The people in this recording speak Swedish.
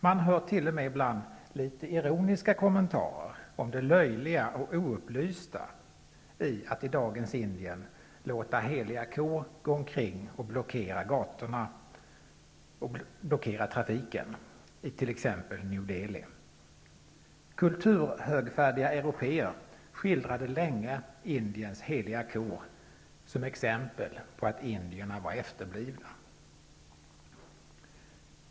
Man hör t.o.m. ibland litet ironiska kommentarer om det löjliga och oupplysta i att i dagens Indien låta heliga kor gå omkring och blockera trafiken på gatorna i t.ex. New Delhi. Kulturhögfärdiga européer skildrade länge Indiens heliga kor som exempel på att indierna var efterblivna.